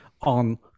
on